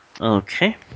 Okay